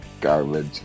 Garbage